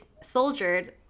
soldiered